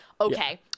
okay